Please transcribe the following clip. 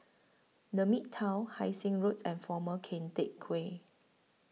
The Midtown Hai Sing Road and Former Keng Teck Whay